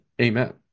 amen